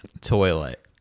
Toilet